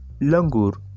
langur